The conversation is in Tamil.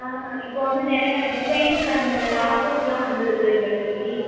ஆ இப்போது வந்து நிறையா டிசைன்ஸ் அண்டு ஆஃபர்ஸ்யெலாம் வந்திருக்கு ஜுவல்லரி